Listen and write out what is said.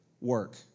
work